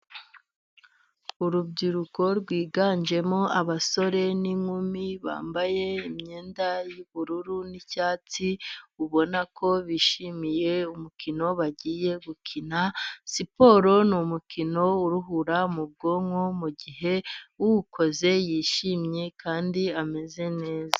Urubyiruko rwiganjemo abasore n'inkumi bambaye imyenda y'ubururu n'icyatsi. Ubona ko bishimiye umukino bagiye gukina. Siporo ni umukino uruhura mu bwonko mu gihe uwukoze yishimye kandi ameze neza.